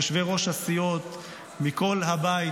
ליושבי-ראש הסיעות מכל הבית,